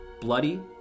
bloody